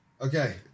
Okay